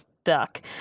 stuck